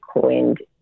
coined